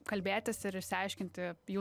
kalbėtis ir išsiaiškinti jų